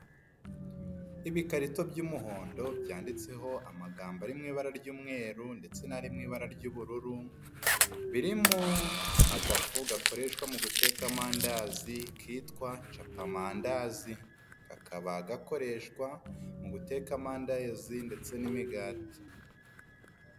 Ibikarito by'umuhondo byanditseho amagambo ari mu ibara ry'umweru ndetse n'ari mu ibara ry'ubururu, birimo agafu gakoreshwa mu guteka amandazi kitwa capamandazi. Kakaba gakoreshwa mu guteka amandazi ndetse n'imigati.